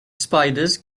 spiders